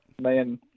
Man